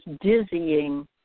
dizzying